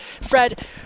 Fred